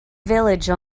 village